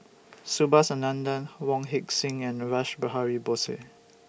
Subhas Anandan Wong Heck Sing and Rash Behari Bose